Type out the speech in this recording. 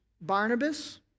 Barnabas